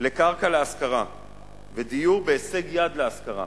לקרקע להשכרה ודיור בהישג יד להשכרה.